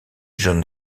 john